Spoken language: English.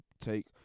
take